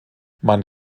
man